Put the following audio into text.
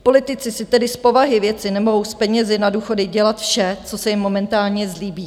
Politici si tedy z povahy věci nemohou s penězi na důchody dělat vše, co se jim momentálně zlíbí.